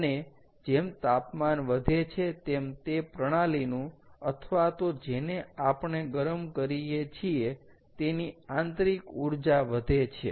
અને જેમ તાપમાન વધે છે તેમ તે પ્રણાલીનુ અથવા તો જેને આપણે ગરમ કરીએ છીએ તેની આંતરિક ઊર્જા વધે છે